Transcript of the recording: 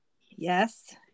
Yes